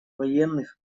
военных